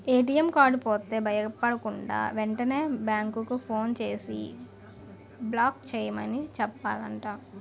ATM card పోతే భయపడకుండా, వెంటనే బేంకుకి ఫోన్ చేసి బ్లాక్ చేయమని చెప్పాలట